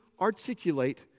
articulate